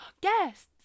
guests